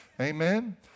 Amen